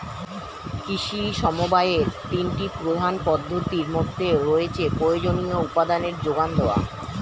কৃষি সমবায়ের তিনটি প্রধান পদ্ধতির মধ্যে রয়েছে প্রয়োজনীয় উপাদানের জোগান দেওয়া